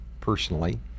personally